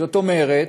זאת אומרת,